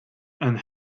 and